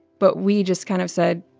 but we just kind of said,